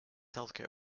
healthcare